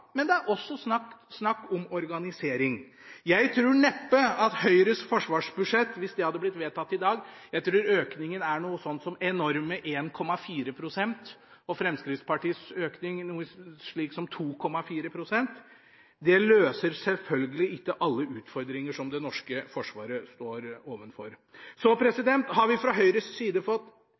Men det er også snakk om organisering. Jeg trur neppe at Høyres forsvarsbudsjett, hvis det hadde blitt vedtatt i dag – jeg trur økningen er noe slikt som enorme 1,4 pst., og Fremskrittspartiets økning noe slikt som 2,4 pst. – løser alle utfordringer som det norske forsvaret står overfor. Så har vi